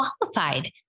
qualified